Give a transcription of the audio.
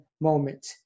moment